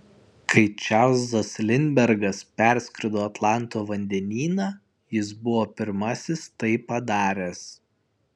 kai čarlzas lindbergas perskrido atlanto vandenyną jis buvo pirmasis tai padaręs